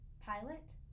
Pilot